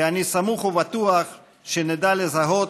ואני סמוך ובטוח שנדע לזהות